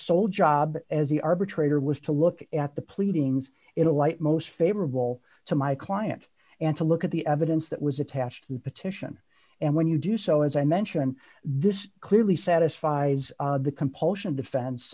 sole job as the arbitrator was to look at the pleadings in a light most favorable to my client and to look at the evidence that was attached to the petition and when you do so as i mentioned this clearly satisfies the compulsion of defen